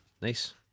nice